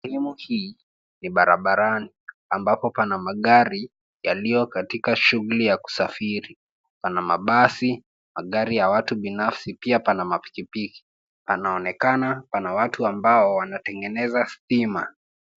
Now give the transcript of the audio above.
Sehemu hii ni barabarani ambapo pana magari yaliyo katika shughuli ya kusafiri. Pana mabasi, magari ya watu binafsi, pia pana mapikipiki. Panaonekana pana watu ambao wanatengeneza stima.